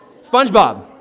SpongeBob